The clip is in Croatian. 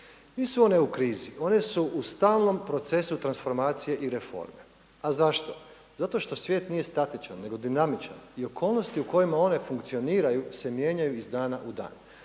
Nisu one u krizi, one su u stalnom procesu transformacije i reforme. A zašto? Zato što svijet nije statičan nego dinamičan i okolnosti u kojima one funkcioniraju se mijenjaju iz dana u dan.